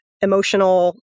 emotional